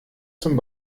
zum